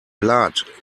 blood